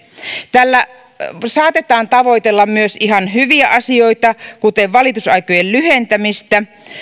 tällä saatetaan tavoitella myös ihan hyviä asioita kuten valitusaikojen lyhentämistä